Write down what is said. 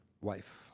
Wife